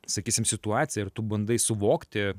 sakysim situaciją ir tu bandai suvokti